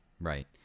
Right